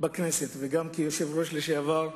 בכנסת וגם יושב-ראש לשעבר,